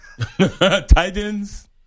Titans